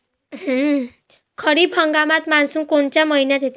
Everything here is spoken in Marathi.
खरीप हंगामात मान्सून कोनच्या मइन्यात येते?